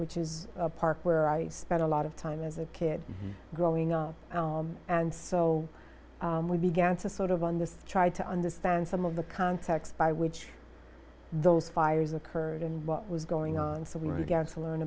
which is a park where i spent a lot of time as a kid growing up and so we began to sort of on this try to understand some of the context by which those fires occurred and what was going on so we're again to learn